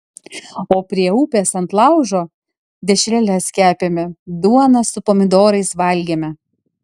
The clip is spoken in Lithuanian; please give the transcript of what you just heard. o prie upės ant laužo dešreles kepėme duoną su pomidorais valgėme